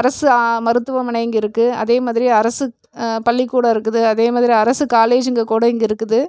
அரசு மருத்துவமனை இங்கே இருக்குது அதே மாதிரி அரசு பள்ளிக்கூடம் இருக்குது அதே மாதிரி அரசு காலேஜிங்க கூட இங்கே இருக்குது